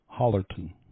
Hollerton